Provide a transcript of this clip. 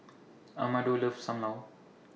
Amado loves SAM Lau